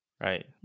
Right